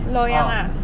loyang ah